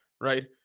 right